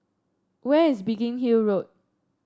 where is Biggin Hill Road